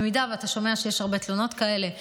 אם אתה שומע שיש הרבה תלונות כאלה,